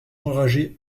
enragés